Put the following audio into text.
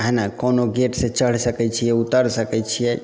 हे नऽ कोनो गेटसँ चढ़ि सकै छियै उतरि सकै छियै